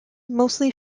mostly